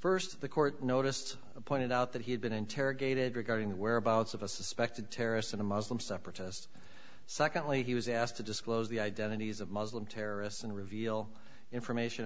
first the court noticed pointed out that he had been interrogated regarding the whereabouts of a suspected terrorist in a muslim separatists secondly he was asked to disclose the identities of muslim terrorists and reveal information